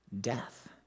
death